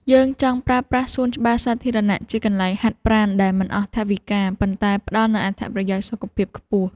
យើងចង់ប្រើប្រាស់សួនច្បារសាធារណៈជាកន្លែងហាត់ប្រាណដែលមិនអស់ថវិកា ប៉ុន្តែផ្ដល់នូវអត្ថប្រយោជន៍សុខភាពខ្ពស់។